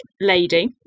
lady